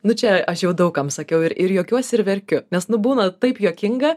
nu čia aš jau daug kam sakiau ir ir juokiuosi ir verkiu nes nu būna taip juokinga